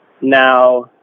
Now